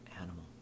Animal